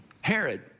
Herod